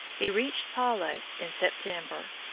he reached palos in september.